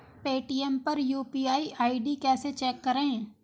Paytm पर UPI ID कैसे check करें?